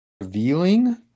revealing